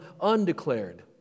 undeclared